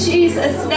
Jesus